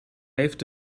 heeft